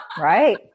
right